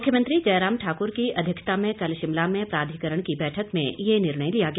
मुख्यमंत्री जयराम ठाकुर की अध्यक्षता में कल शिमला में प्राधिकरण की बैठक मे यह निर्णय लिया गया